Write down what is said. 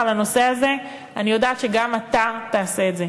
לנושא הזה אני יודעת שגם אתה תעשה את זה.